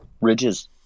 ridges